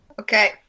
Okay